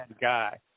guy